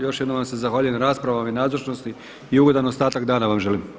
Još jednom vam se zahvaljujem na raspravama i nazočnosti i ugodan ostatak dana vam želim.